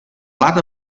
lot